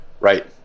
right